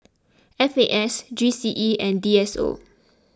F A S G C E and D S O